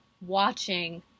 watching